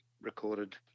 recorded